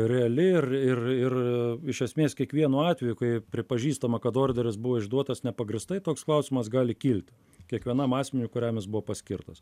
reali ir ir ir iš esmės kiekvienu atveju kai pripažįstama kad orderis buvo išduotas nepagrįstai toks klausimas gali kilt kiekvienam asmeniui kuriam jis buvo paskirtas